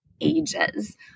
ages